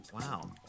Wow